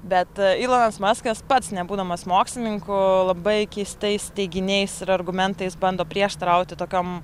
bet ylonas maskas pats nebūdamas mokslininku labai keistais teiginiais ir argumentais bando prieštarauti tokiom